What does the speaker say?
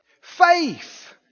faith